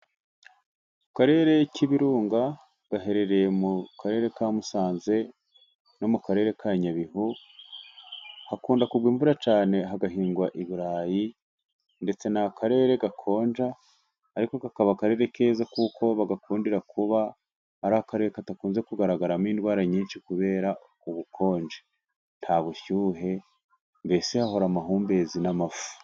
Akarere k'ibirunga gaherereye mu karere ka musanze, no mu karere ka nyabihu, hakunda kugwa imvura cyane hagahingwa ibirayi, ndetse ni akarere gakonja ariko kakaba akarere keza kuko bagakundira kuba ari akarere kadakunze kugaragaramo indwara nyinshi kubera ubukonje nta bushyuhe mbese haba hari amahumbezi n'amafu.